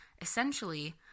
Essentially